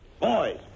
Boys